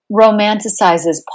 romanticizes